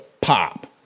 pop